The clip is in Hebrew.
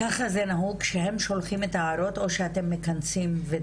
ככה זה נהוג שהם שולחים את ההערות ואתם מכנסים.